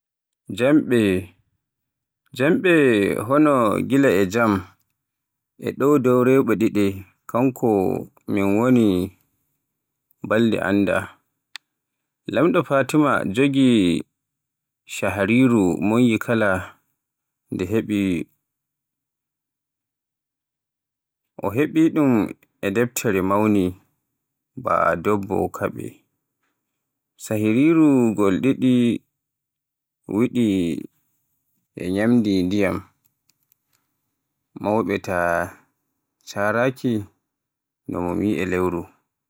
Jamɓe, jamɓe, hono gila e jam, ina ɗo dow rewɓe ɗiɗi, kanko min woni, beele anndaa. Laamɗo Fatimata jogii sahriiru moƴƴi kala nde o heɓi ɗum e deftere mawni ha dooɓol kaɓe. Sahriiru ngol ɗiɗi weɗi e rimɗi ndiyam mawɓe, te caaranii no mum yi’ii e lewru.